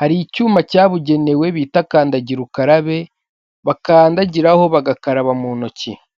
hari icyuma cyabugenewe bita kandagira ukarabe, bakandagiraho bagakaraba mu ntoki.